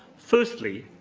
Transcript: firstly,